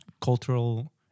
cultural